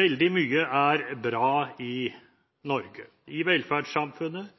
Veldig mye er bra i Norge – i velferdssamfunnet,